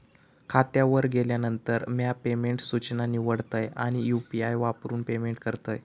खात्यावर गेल्यानंतर, म्या पेमेंट सूचना निवडतय आणि यू.पी.आई वापरून पेमेंट करतय